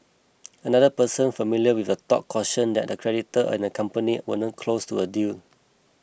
another person familiar with the talk cautioned that the creditor and the company weren't close to a deal